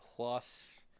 plus